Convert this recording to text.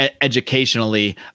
educationally